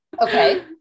Okay